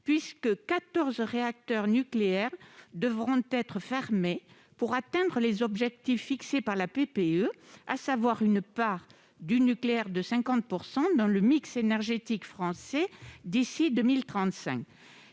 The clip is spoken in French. puisque quatorze réacteurs nucléaires devront être fermés pour atteindre les objectifs fixés par la PPE : une part du nucléaire ramenée à 50 % dans le mix énergétique français d'ici à 2035.